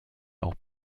auch